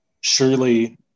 surely